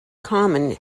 common